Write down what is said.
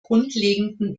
grundlegenden